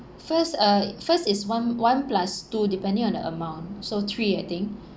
first uh first is one one plus two depending on the amount so three I think